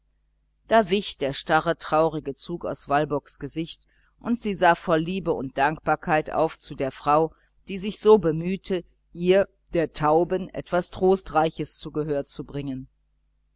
da wich der starre traurige zug aus walburgs gesicht und sie sah voll liebe und dankbarkeit auf zu der frau die sich so bemühte ihr der tauben trostreiches zu gehör zu bringen